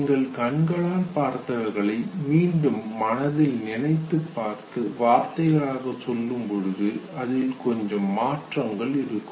நீங்கள் கண்களால் பார்த்தவைகளை மீண்டும் மனதில் நினைத்துப் பார்த்து வார்த்தைகளாக சொல்லும் பொழுது அதில் கொஞ்சம் மாற்றங்கள் இருக்கும்